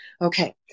Okay